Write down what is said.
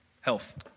health